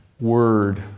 word